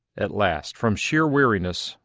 at last, from sheer weariness,